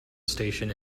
station